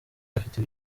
afite